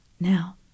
Now